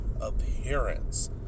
appearance